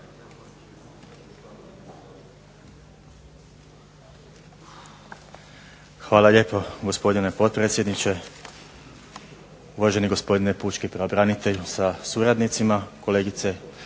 Hvala lijepo gospodine potpredsjedniče, uvaženi gospodine pučki pravobranitelju sa suradnicima, kolegice